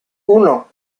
uno